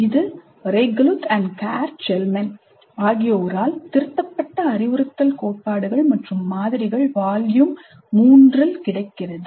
இது Reigeluth மற்றும் Carr Chellman ஆகியோரால் திருத்தப்பட்ட அறிவுறுத்தல் கோட்பாடுகள் மற்றும் மாதிரிகள் Volume III இல் கிடைக்கிறது